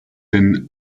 den